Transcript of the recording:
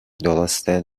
درسته